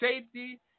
safety